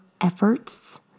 efforts